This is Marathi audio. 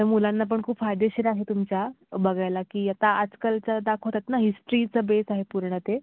तर मुलांना पण खूप फायदेशीर आहे तुमच्या बघायला की आता आजकालचा दाखवतात ना हिस्ट्रीचा बेस आहे पूर्ण ते